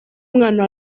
umwana